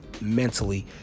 mentally